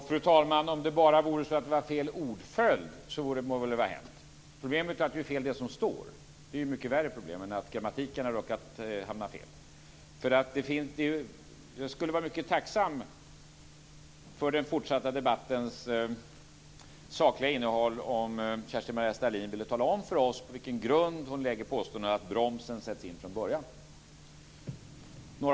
Fru talman! Om det bara vore så att det var fel ordföljd, så må det väl vara hänt. Problemet är att det som står är fel. Det är ju ett mycket värre problem än att grammatiken har blivit fel. Jag skulle för den fortsatta debattens sakliga innehåll vara mycket tacksam om Kerstin-Maria Stalin ville tala om för oss på vilken grund hon påstår att bromsen sätts in från början.